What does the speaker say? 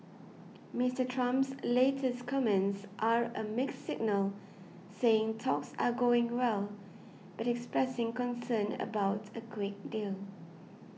Mister Trump's latest comments are a mixed signal saying talks are going well but expressing concern about a quick deal